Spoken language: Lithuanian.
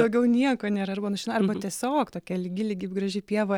daugiau nieko nėra arba arba tiesiog tokia lygi lygi graži pieva